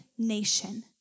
nation